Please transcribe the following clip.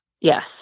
Yes